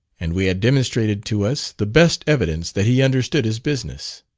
and we had demonstrated to us, the best evidence that he understood his business.